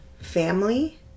family